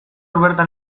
bertan